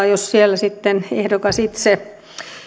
jos siellä sitten ehdokas itse